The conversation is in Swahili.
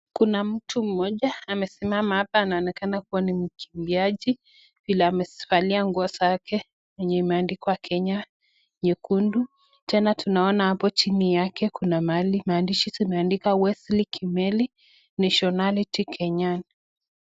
Kuna mtu mmoja amesimama hapa anaonekana ni mkimbiaji vile amevalia nguo zake yenye imeandikwa Kenya nyekundu. Tena tunaona hapo chini yake kuna maandishi zimeandika Wesley Kimeli nationality Kenyan .